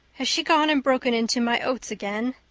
has she gone and broken into my oats again?